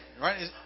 right